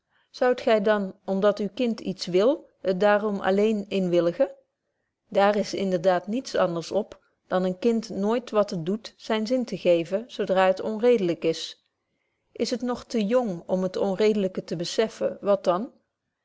zoudt gy dan om dat uw kind iets wil het daarom alleen inwilligen daar is inderdaad niets anders op dan een kind nooit wat het doet zyn zin te geven zo dra het onredelyk is is het nog te jong om het onredelyke te bezeffen wat dan